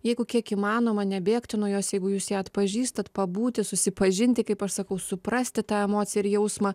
jeigu kiek įmanoma nebėgti nuo jos jeigu jūs jį atpažįstate pabūti susipažinti kaip aš sakau suprasti tą emociją ir jausmą